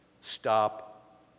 Stop